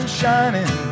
shining